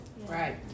Right